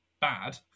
bad